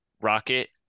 Rocket